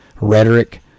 rhetoric